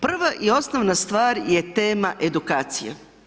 Prva i osnovna stvar je tema edukacije.